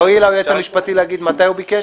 יואיל היועץ המשפטי להגיד מתי הוא ביקש.